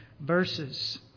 verses